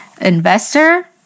investor